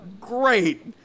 Great